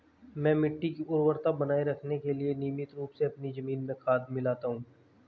मैं मिट्टी की उर्वरता बनाए रखने के लिए नियमित रूप से अपनी जमीन में खाद मिलाता हूं